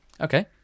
Okay